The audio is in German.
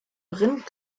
rind